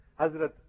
Hazrat